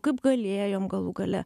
kaip galėjom galų gale